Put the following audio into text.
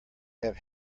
have